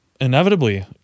inevitably